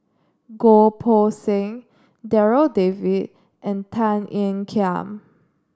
Goh Poh Seng Darryl David and Tan Ean Kiam